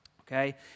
okay